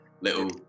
little